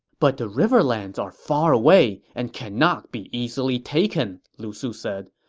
but the riverlands are far away and cannot be easily taken, lu su said.